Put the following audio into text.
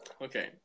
okay